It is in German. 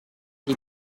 die